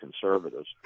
conservatives